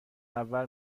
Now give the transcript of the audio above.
منور